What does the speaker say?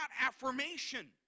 affirmation